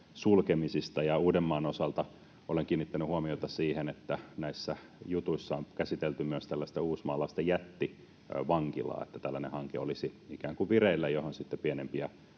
sulkemisista. Uudenmaan osalta olen kiinnittänyt huomiota siihen, että näissä jutuissa on käsitelty myös tällaista uusmaalaista jättivankilaa — sitä, että olisi ikään kuin vireillä tällainen hanke,